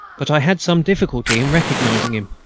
but i had some difficulty in recognising him.